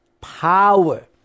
power